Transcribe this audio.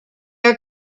are